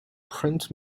print